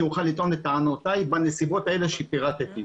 שאוכל לטעון טענותיי בנסיבות שפירטתי.